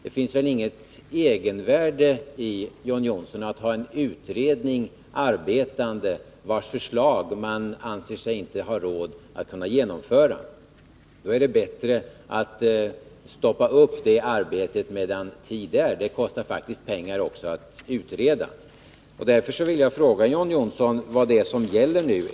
Det finns väl inget egenvärde, John Johnsson, i att ha en arbetande utredning, vars förslag man anser sig inte ha råd att genomföra. Då är det bättre att stoppa det arbetet Nr 28 medan tid är. Det kostar faktiskt också pengar att utreda! Därför vill jag fråga John Johnsson: Vad är det som gäller nu?